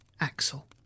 Axel